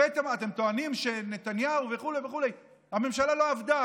אתם טוענים שנתניהו, וכו' וכו'; הממשלה לא עבדה.